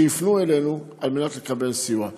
שיפנו אלינו על מנת לקבל סיוע.